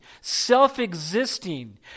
self-existing